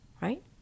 right